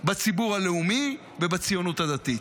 בציבור הלאומי ובציונות הדתית.